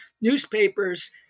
newspapers